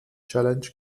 challenge